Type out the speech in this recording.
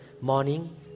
morning